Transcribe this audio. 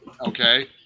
Okay